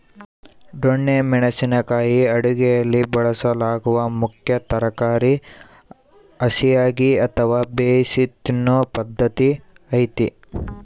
ದೊಣ್ಣೆ ಮೆಣಸಿನ ಕಾಯಿ ಅಡುಗೆಯಲ್ಲಿ ಬಳಸಲಾಗುವ ಮುಖ್ಯ ತರಕಾರಿ ಹಸಿಯಾಗಿ ಅಥವಾ ಬೇಯಿಸಿ ತಿನ್ನೂ ಪದ್ಧತಿ ಐತೆ